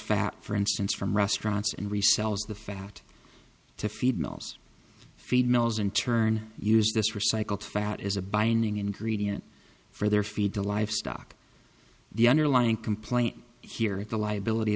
fat for instance from restaurants and resells the fat to feed mills feed mills in turn use this recycled fat as a binding ingredient for their feed to livestock the underlying complaint here at the liability